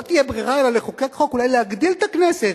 לא תהיה ברירה אלא לחוקק חוק אולי להגדיל את הכנסת.